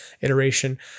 iteration